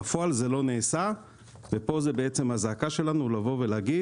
בפועל זה לא נעשה ופה זה הזעקה שלנו להגיד